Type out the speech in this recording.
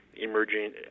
emerging